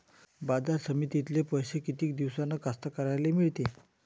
बाजार समितीतले पैशे किती दिवसानं कास्तकाराइले मिळते?